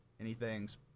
anything's